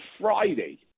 Friday